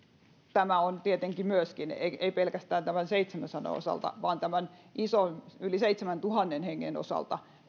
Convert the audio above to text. myöskin on tietenkin tämä tavoite ei pelkästään tämän seitsemänsadan osalta vaan tämän ison yli seitsemäntuhannen hengen osalta